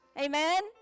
Amen